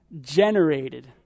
generated